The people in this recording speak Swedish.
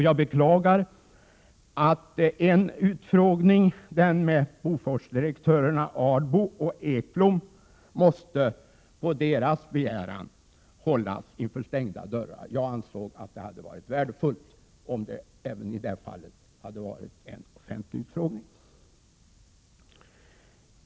Jag beklagar att en utfrågning — den med Boforsdirektörerna Ardbo coh Ekblom — på deras begäran måste hållas inför stängda dörrar. Jag anser att det hade varit värdefullt om utfrågningen även i det fallet hade varit offentlig.